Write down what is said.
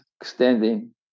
extending